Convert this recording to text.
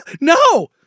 no